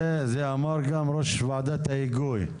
זה אמר גם ראש ועדת ההיגוי.